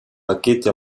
pacchetti